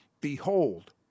Behold